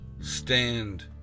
stand